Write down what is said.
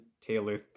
Taylor